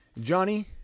Johnny